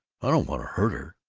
i don't want to hurt her!